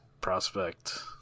prospect